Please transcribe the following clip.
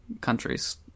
countries